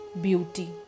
beauty